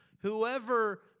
Whoever